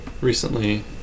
recently